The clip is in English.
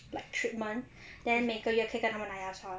like treatment then 每个月可以跟他们拿印刷